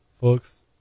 folks